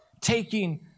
taking